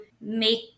make